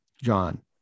john